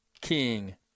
King